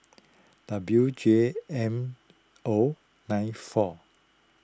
W J M O nine four